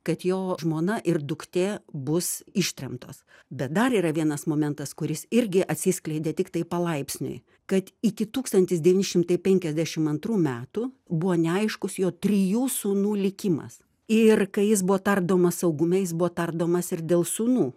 kad jo žmona ir duktė bus ištremtos bet dar yra vienas momentas kuris irgi atsiskleidė tiktai palaipsniui kad iki tūkstantis devyni šimtai penkiasdešim antrų metų buvo neaiškus jo trijų sūnų likimas ir kai jis buvo tardomas saugume jis buvo tardomas ir dėl sūnų